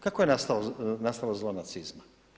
Kako je nastalo zlo nacizma?